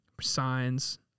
Signs